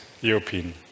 European